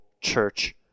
church